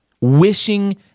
Wishing